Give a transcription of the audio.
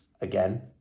again